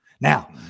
Now